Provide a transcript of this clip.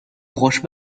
roche